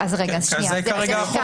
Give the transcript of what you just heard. זה כרגע החוק.